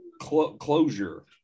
closure